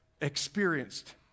experienced